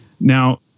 Now